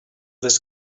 this